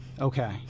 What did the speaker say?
Okay